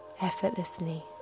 effortlessly